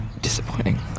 Disappointing